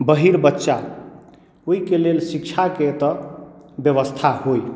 बहिर बच्चा ओहिके लेल शिक्षाके एतय व्यवस्था होइ